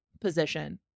position